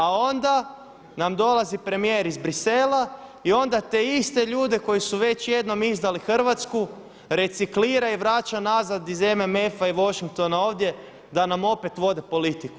A onda nam dolazi premijer iz Bruxellesa i onda te iste ljude koji su već jednom izdali Hrvatsku reciklira i vraća nazad iz MMF-a i Washingtona ovdje da nam opet vode politiku.